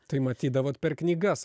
tai matydavot per knygas